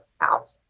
out